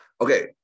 Okay